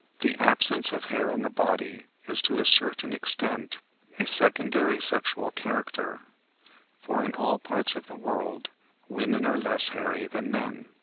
the absence of hair on the body is to a certain extent a secondary sexual character for in all parts of the world women are less hairy than men.